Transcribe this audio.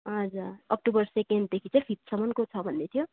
हजुर अक्टोबर सेकेन्डदेखि चाहिँ फिफ्तसम्मको छ भन्दैथ्यो